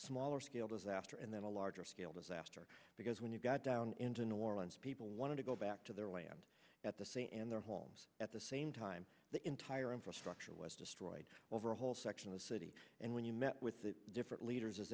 smaller scale disaster and then a larger scale disaster because when you got down into new orleans people wanted to go back to their land at the same and their homes at the same time the entire infrastructure was destroyed over a whole section of the city and when you met with the different leaders as